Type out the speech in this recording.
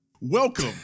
Welcome